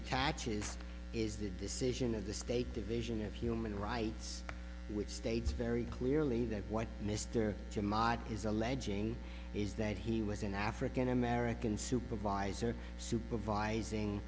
attaches is the decision of the state division of human rights which states very clearly that what mr jamaat is alleging is that he was an african american supervisor supervising